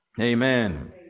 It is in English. Amen